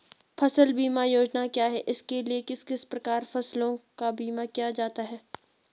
फ़सल बीमा योजना क्या है इसके लिए किस प्रकार फसलों का बीमा किया जाता है?